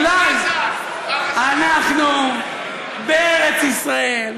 אולי אנחנו בארץ-ישראל,